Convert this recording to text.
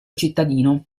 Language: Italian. cittadino